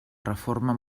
reforma